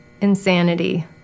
Insanity